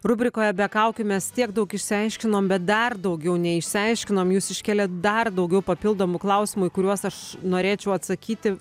rubrikoje be kaukių mes tiek daug išsiaiškinom bet dar daugiau neišsiaiškinom jūs iškėlėt dar daugiau papildomų klausimų į kuriuos aš norėčiau atsakyti